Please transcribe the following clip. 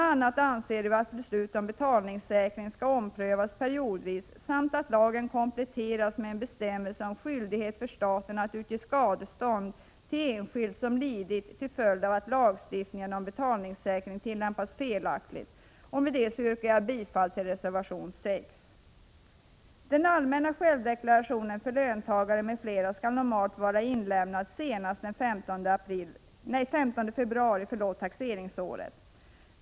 a. anser vi att beslut om betalningssäkring skall omprövas periodvis samt att lagen kompletteras med en bestämmelse om skyldighet för staten att utge skadestånd till enskild som lidit till följd av att lagstiftningen om betalningssäkring tillämpats felaktigt. Med det yrkar jag bifall till reservation 6. Den allmänna självdeklarationen för löntagare m.fl. skall normalt vara inlämnad senast den 15 februari taxeringsåret.